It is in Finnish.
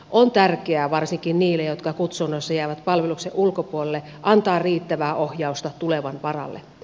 on tärkeää varsinkin niille jotka kutsunnoissa jäävät palveluksen ulkopuolelle antaa riittävää ohjausta tulevan varalle